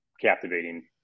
captivating